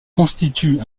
constituent